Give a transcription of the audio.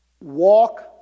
Walk